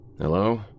Hello